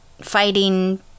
fighting